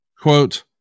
Quote